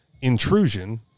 intrusion